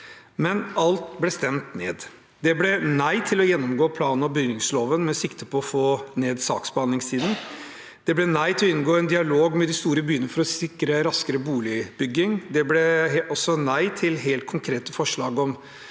men alt ble stemt ned. Det ble nei til å gjennomgå plan- og bygningsloven med sikte på å få ned saksbehandlingstiden. Det ble nei til å inngå en dialog med de store byene for å sikre raskere boligbygging. Det ble også nei til helt konkrete forslag om